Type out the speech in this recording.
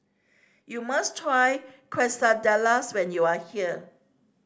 you must try Quesadillas when you are here